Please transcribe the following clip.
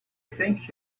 think